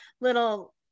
little